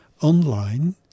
Online